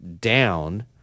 down